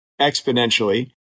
exponentially